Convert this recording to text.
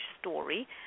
story